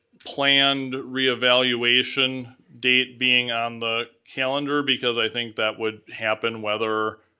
planned reevaluation date being on the calendar because i think that would happen whether